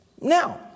Now